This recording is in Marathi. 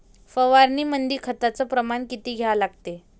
फवारनीमंदी खताचं प्रमान किती घ्या लागते?